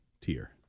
tier